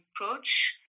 approach